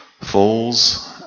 falls